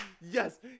Yes